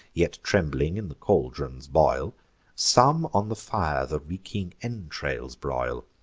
yet trembling, in the caldrons boil some on the fire the reeking entrails broil.